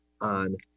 on